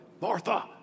Martha